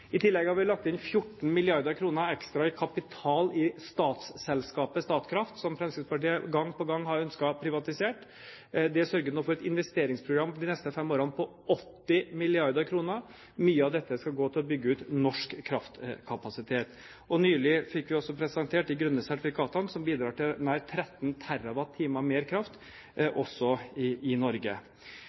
I tillegg har vi lagt inn 14 mrd. kr ekstra kapital i statsselskapet Statkraft, som Fremskrittspartiet gang på gang har ønsket å privatisere. Det sørger nå for et investeringsprogram de neste fem årene på 80 mrd. kr. Mye av dette skal gå til å bygge ut norsk kraftkapasitet. Nylig fikk vi også presentert de grønne sertifikatene, som bidrar til nær 13 TWh mer kraft også i Norge. Vi sa i